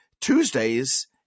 Tuesdays